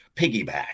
piggyback